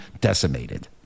decimated